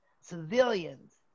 civilians